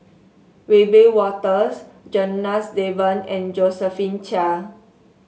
Wiebe Wolters Janadas Devan and Josephine Chia